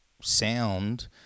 sound